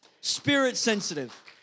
Spirit-sensitive